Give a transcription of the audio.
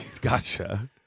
Gotcha